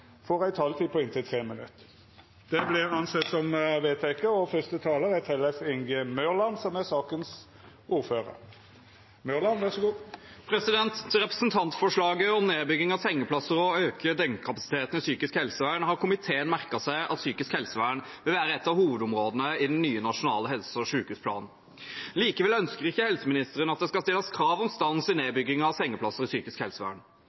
får ei taletid på inntil 3 minutt. – Det er vedteke. Til representantforslaget om å stoppe nedbygging av sengeplasser og øke døgnkapasitet i psykisk helsevern har komiteen merket seg at psykisk helsevern bør være et av hovedområdene i den nye nasjonale helse- og sykehusplanen. Likevel ønsker ikke helseministeren at det skal stilles krav om stans i nedbygging av sengeplasser i psykisk helsevern,